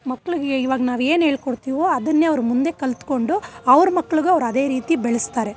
ಮಕ್ಳಿಗೆ ಇವಾಗ ನಾವು ಏನು ಹೇಳ್ಕೊಡ್ತೀವೋ ಅದನ್ನೇ ಅವರು ಮುಂದೆ ಕಲಿತ್ಕೊಂಡು ಅವ್ರ ಮಕ್ಳಿಗೂ ಅವ್ರು ಅದೇ ರೀತಿ ಬೆಳೆಸ್ತಾರೆ